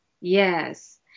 Yes